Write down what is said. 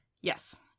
Yes